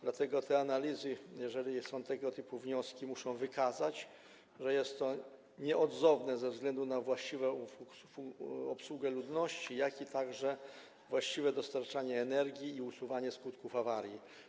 Dlatego te analizy, jeżeli są tego typu wnioski, muszą wykazać, że jest to nieodzowne ze względu na właściwą obsługę ludności, jak i właściwe dostarczanie energii i usuwanie skutków awarii.